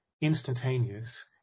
instantaneous